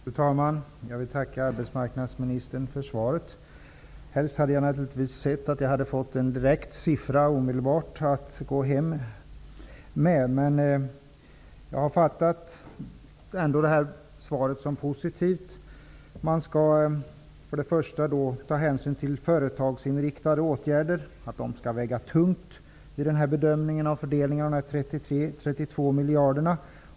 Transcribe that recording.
Fru talman! Jag tackar arbetsmarknadsministern för svaret. Jag hade naturligtvis helst sett att jag omedelbart hade fått en direkt siffra att gå hem med. Jag uppfattar ändå det här svaret som positivt. Regeringen kommer att ta hänsyn till företagsinriktade åtgärder. De skall väga tungt vid bedömningen och fördelningen av dessa 32 miljarder.